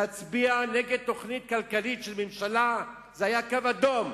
להצביע נגד תוכנית כלכלית של ממשלה זה היה קו אדום.